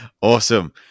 Awesome